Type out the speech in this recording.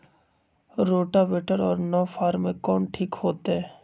Rotavator और नौ फ़ार में कौन ठीक होतै?